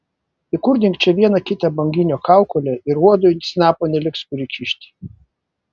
įkurdink čia vieną kitą banginio kaukolę ir uodui snapo neliks kur įkišti